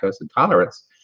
intolerance